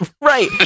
Right